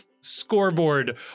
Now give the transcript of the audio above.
scoreboard